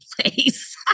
place